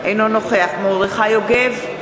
אינו נוכח מרדכי יוגב,